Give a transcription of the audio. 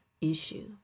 issue